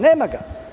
Nema ga.